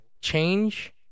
Change